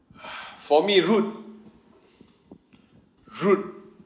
for me rude rude